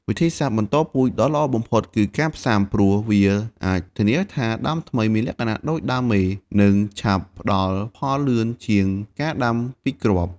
វិធីសាស្ត្របន្តពូជដ៏ល្អបំផុតគឺការផ្សាំ ព្រោះវាអាចធានាថាដើមថ្មីមានលក្ខណៈដូចដើមមេ និងឆាប់ផ្ដល់ផលលឿនជាងការដាំពីគ្រាប់។